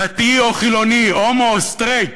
דתי או חילוני, הומו או סטרייט,